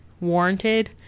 warranted